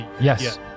Yes